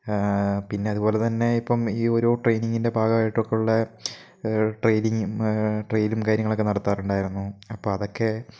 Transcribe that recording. പിന്നെ അതുപോലെ തന്നെ ഇപ്പം ഈ ഒരു ട്രെയിനിങ്ങിൻ്റെ ഭാഗായിട്ടൊക്കെ ഉള്ള ട്രെയിനിങ്ങും ട്രയലും കാര്യങ്ങളൊക്കെ നടത്താറുണ്ടായിരുന്നു അപ്പോൾ അതൊക്കെ